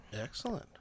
Excellent